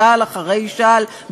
שעל אחרי שעל,